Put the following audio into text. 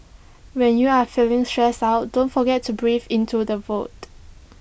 when you are feeling stressed out don't forget to breathe into the void